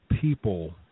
people